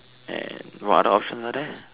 and what other options are there